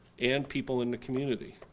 and people in the community.